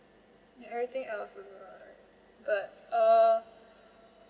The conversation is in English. everything else was alright but err